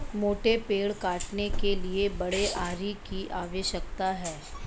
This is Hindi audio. मोटे पेड़ काटने के लिए बड़े आरी की आवश्यकता है